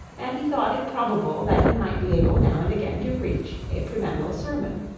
and he thought it probable that he might be able now and again to preach a prebendal sermon.